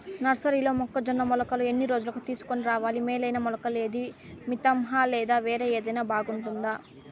నర్సరీలో మొక్కజొన్న మొలకలు ఎన్ని రోజులకు తీసుకొని రావాలి మేలైన మొలకలు ఏదీ? మితంహ లేదా వేరే ఏదైనా బాగుంటుందా?